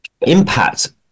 impact